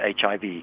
HIV